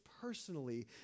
personally